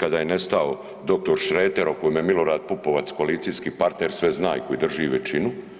kada je nestao dr. Šreter o kojem Milorad Pupovac koalicijski partner koji sve zna i koji drži većinu.